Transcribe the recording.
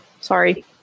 Sorry